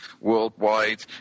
worldwide